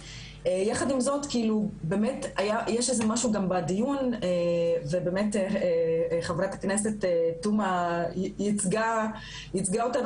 יחד עם זאת יש משהו בדיון וחברת הכנסת תומא ייצגה אותנו